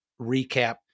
recap